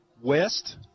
West